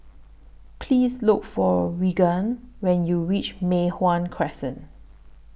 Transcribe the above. Please Look For Regan when YOU REACH Mei Hwan Crescent